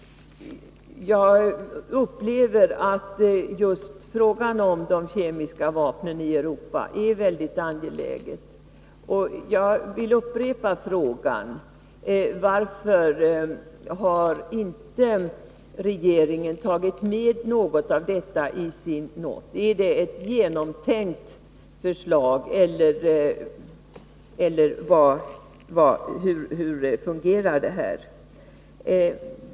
Jag upplever att just frågan om de kemiska vapnen i Europa är mycket angelägen, och jag vill upprepa frågan: Varför har inte regeringen tagit med något av detta i sin not? Är det genomtänkt, eller hur har det fungerat?